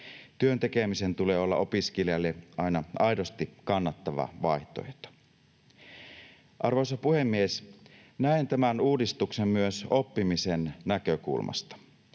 Työn tekemisen tulee olla opiskelijalle aina aidosti kannattava vaihtoehto. Arvoisa puhemies! Näen tämän uudistuksen myös oppimisen näkökulmasta.